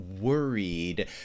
worried